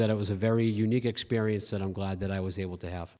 that it was a very unique experience that i'm glad that i was able to have